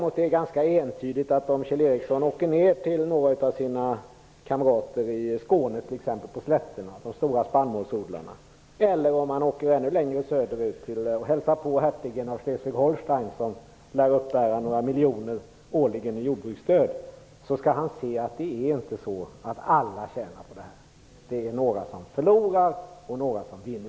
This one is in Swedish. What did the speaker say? Om Kjell Ericsson åker ner till några av sina kamrater i Skåne - t.ex. till någon av de stora spannmålsodlarna - eller om han åker ännu längre söderut och hälsar på hertigen av Schleswig-Holstein som årligen lär uppbära några miljoner i jordbruksstöd, skall Kjell Ericsson finna att det inte är så att alla tjänar på ett EU-medlemskap. Det är några som förlorar och några som vinner.